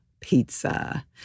pizza